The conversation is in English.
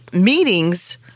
meetings